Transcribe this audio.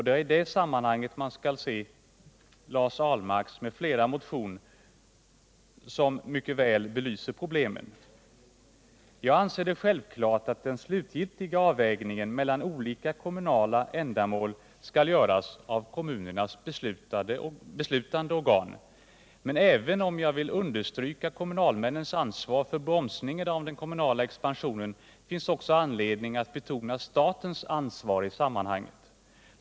Det är i det sammanhanget man skall se Lars Ahlmarks m.fl. motion, som mycket bra belyser problemen. Jag anser det självklart att den slutgiltiga avvägningen mellan olika kommunala ändamål skall göras av kommunernas beslutande organ. Men även om jag vill understryka kommunalmännens ansvar för bromsning av den kommunala expansionen finns det också anledning att betona statens ansvar i sammanhanget.